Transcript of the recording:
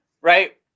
right